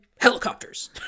helicopters